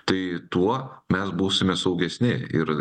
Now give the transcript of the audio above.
tai tuo mes būsime saugesni ir